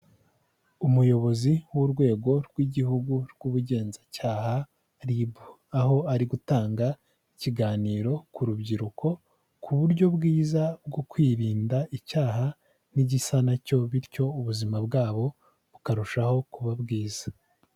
Umuyobozi w'urwego rw'igihugu rw'ubugenzacyaha RIB, aho ari gutanga ikiganiro ku rubyiruko ku buryo bwiza bwo kwirinda icyaha n'igisa na cyo, bityo ubuzima bwabo bukarushaho kuba bwiza.